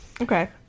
Okay